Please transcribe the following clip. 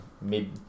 mid